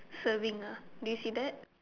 serving ah do you see that